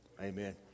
amen